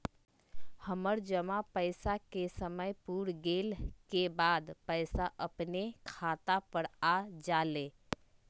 हमर जमा पैसा के समय पुर गेल के बाद पैसा अपने खाता पर आ जाले?